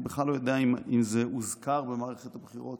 אני בכלל לא יודע אם זה הוזכר במערכת הבחירות